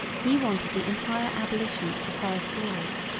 he wanted the entire abolition of the forest laws.